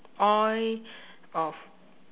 oil of